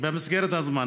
במסגרת הזמן.